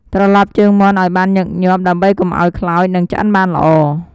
ត្រលប់ជើងមាន់ឱ្យបានញឹកញាប់ ដើម្បីកុំឱ្យខ្លោច និងឆ្អិនបានល្អ។